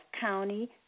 County